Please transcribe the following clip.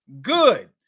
good